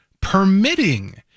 permitting